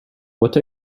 what